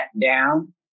down